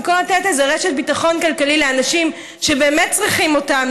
במקום לתת איזו רשת ביטחון כלכלי לאנשים שבאמת צריכים אותה,